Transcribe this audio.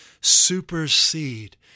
supersede